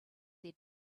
their